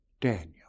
Daniel